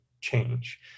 change